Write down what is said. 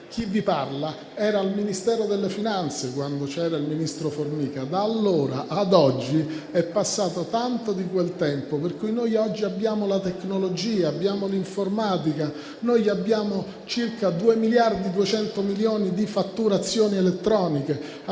Chi vi parla era al Ministero delle finanze, quando c'era il ministro Formica: da allora ad oggi è passato tanto di quel tempo che oggi abbiamo la tecnologia, abbiamo l'informatica. Abbiamo circa 2,2 miliardi di fatturazioni elettroniche; abbiamo